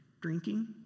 drinking